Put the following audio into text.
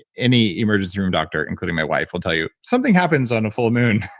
any emergency room doctor including my wife will tell you something happens on a full moon